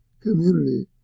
community